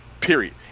period